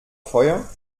feuer